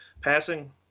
passing